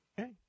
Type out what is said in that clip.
Okay